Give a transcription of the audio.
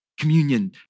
communion